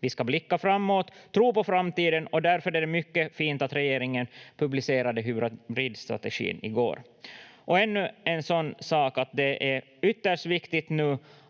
Vi ska blicka framåt, tro på framtiden, och därför är det mycket fint att regeringen publicerade hybridstrategin i går. Ännu en sådan sak att det nu är ytterst viktigt